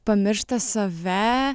pamiršta save